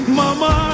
mama